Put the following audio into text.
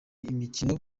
imikino